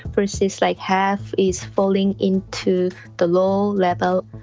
versus like half is falling into the low level.